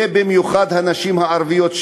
ובמיוחד הנשים הערביות,